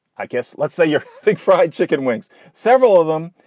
i guess. let's say you're fried chicken wings. several of them.